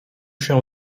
się